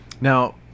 now